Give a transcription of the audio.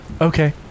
Okay